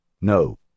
No